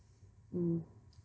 mm